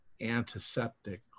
antiseptic